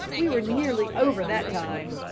we were nearly over that time.